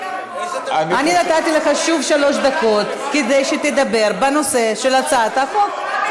אני נתתי לך שוב שלוש דקות כדי שתדבר בנושא של הצעת החוק.